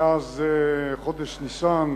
מאז חודש ניסן,